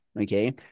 okay